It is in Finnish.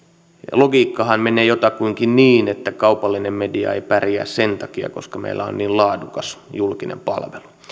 logiikkahan menee jotakuinkin niin että kaupallinen media ei pärjää sen takia että meillä on niin laadukas julkinen palvelu